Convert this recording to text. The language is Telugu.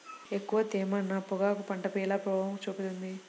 ఎక్కువ తేమ నా పొగాకు పంటపై ఎలా ప్రభావం చూపుతుంది?